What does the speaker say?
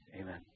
Amen